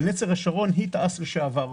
היא תע"ש לשעבר.